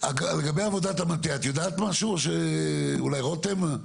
לגבי עבודת המטה את יודעת משהו או שאולי רותם?